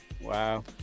Wow